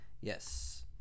yes